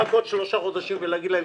אני לא רוצה לחכות שלושה חודשים ולהגיד להם,